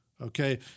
okay